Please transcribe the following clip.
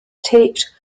taped